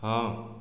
ହଁ